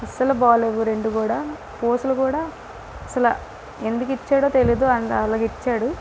అస్సలు బాగాలేవు రెండు కూడా పూసలు కూడా అస్సల ఎందుకు ఇచ్చాడో తెలియదు అండ్ అలాగా ఇచ్చాడు